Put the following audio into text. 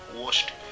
washed